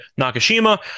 Nakashima